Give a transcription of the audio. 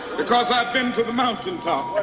because i've been to the mountain top.